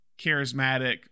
charismatic